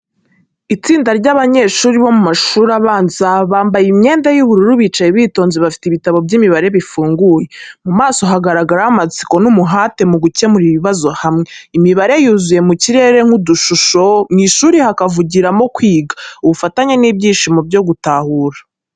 Itsinda ry’abanyeshuri bo mu mashuri abanza bambaye imyenda y’ubururu bicaye bitonze bafite ibitabo by'imibare bifunguye. Mu maso habagaragaraho amatsiko n’umuhate mu gukemura ibibazo hamwe. Imibare yuzuye mu kirere nk’udushusho, mu ishuri hakavugiramo kwiga, ubufatanye n’ibyishimo byo gutahura.